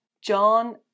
John